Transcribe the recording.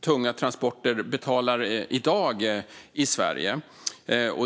tunga transporter betalar i Sverige i dag.